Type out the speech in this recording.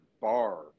bar